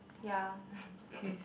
ya